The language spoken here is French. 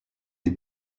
les